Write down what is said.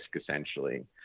essentially